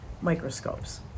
microscopes